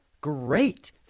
Great